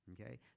okay